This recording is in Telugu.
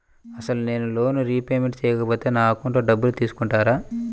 అసలు నేనూ లోన్ రిపేమెంట్ చేయకపోతే నా అకౌంట్లో డబ్బులు తీసుకుంటారా?